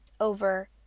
over